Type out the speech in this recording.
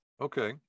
Okay